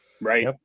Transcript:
Right